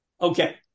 Okay